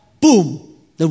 boom